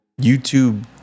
YouTube